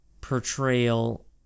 portrayal